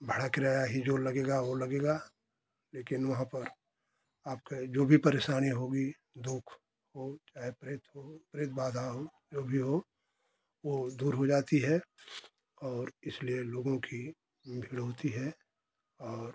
भाड़ा किराया जो लगेगा वो लगेगा लेकिन वहाँ पर आपके जो भी परेशानियाँ होगी दुःख वो प्रेत हो प्रेत बाधा हो जो भी हो वो दूर हो जाती है और इसलिए लोगों की भीड़ होती है और